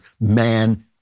man